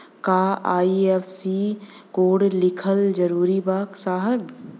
का IFSC code लिखल जरूरी बा साहब?